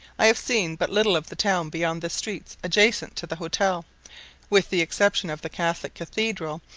i have seen but little of the town beyond the streets adjacent to the hotel with the exception of the catholic cathedral,